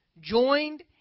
joined